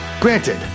Granted